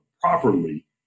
properly